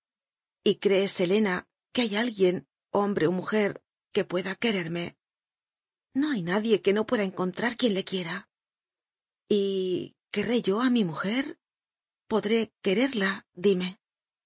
y crees helena que hay alguien hom bre o mujer que pueda quererme no hay nadie que no pueda encontrar quien le quiera y querré yo a mi mujer podré querer la dime